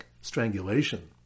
strangulation